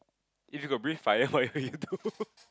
if you could breathe fire what you do